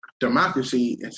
Democracy